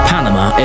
Panama